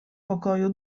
pokoju